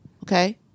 Okay